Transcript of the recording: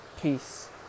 Peace